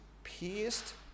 pierced